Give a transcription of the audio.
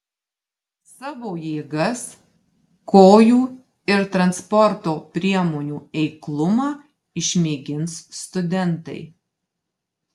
savo jėgas kojų ir transporto priemonių eiklumą išmėgins studentai